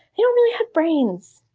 they don't really have brains.